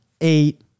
eight